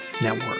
Network